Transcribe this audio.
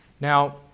Now